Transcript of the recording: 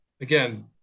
Again